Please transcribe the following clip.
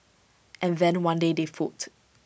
and then one day they fought